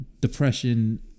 depression